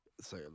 say